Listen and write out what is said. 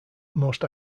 most